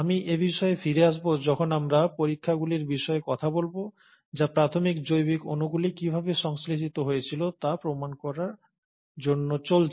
আমি এবিষয়ে ফিরে আসব যখন আমরা পরীক্ষাগুলির বিষয়ে কথা বলব যা প্রাথমিক জৈবিক অণুগুলি কিভাবে সংশ্লেষিত হয়েছিল তা প্রমাণ করার জন্য চলছে